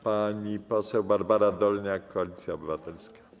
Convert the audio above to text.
Pani poseł Barbara Dolniak, Koalicja Obywatelska.